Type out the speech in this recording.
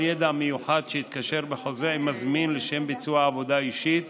ידע מיוחד שהתקשר בחוזה עם מזמין לשם ביצוע עבודה אישית,